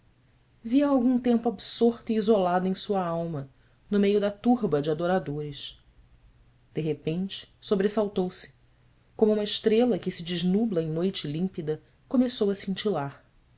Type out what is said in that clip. vi-a algum tempo absorta e isolada em sua alma no meio da turba de adoradores de repente sobressaltou-se como uma estrela que se desnubla em noite límpida começou a